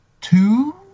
two